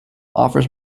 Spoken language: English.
offers